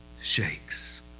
shakes